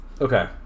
Okay